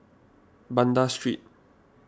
Banda Street